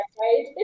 right